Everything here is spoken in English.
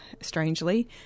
strangely